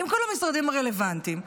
עם כל המשרדים הרלוונטיים,